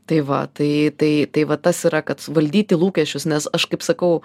tai va tai tai tai vat tas yra kad suvaldyti lūkesčius nes aš kaip sakau